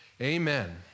Amen